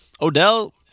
Odell